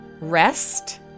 rest